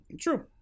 True